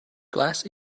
glass